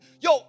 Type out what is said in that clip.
yo